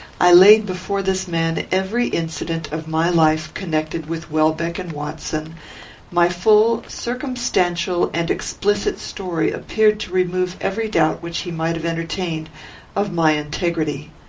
i laid before this man every incident of my life connected with welbeck and watson my full, circumstantial, and explicit story appeared to remove every doubt which he might have entertained of my integrity.